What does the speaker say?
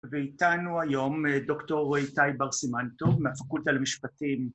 ואיתנו היום דוקטור איתי בר סימן טוב מהפקולטה למשפטים